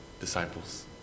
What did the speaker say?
disciples